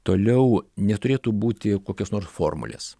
toliau neturėtų būti kokios nors formulės